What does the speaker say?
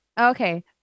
Okay